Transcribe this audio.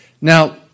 Now